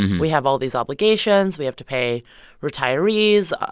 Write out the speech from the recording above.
we have all these obligations. we have to pay retirees.